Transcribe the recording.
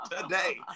today